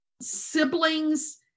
siblings